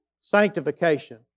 sanctification